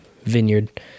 vineyard